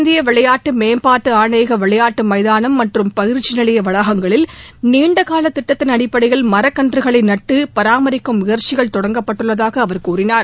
இந்திய விளையாட்டு மேம்பாட்டு ஆணையக விளையாட்டு மைதானம் மற்றும் பயிற்சி நிலைய வளாகங்களில் நீண்டகால திட்டத்தின் அடிப்படையில் மரக்கன்றுகளை நட்டு பராமரிக்கும் முயற்சிகள் தொடங்கப்பட்டுள்ளதாக அவர் தெரிவித்தார்